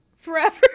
Forever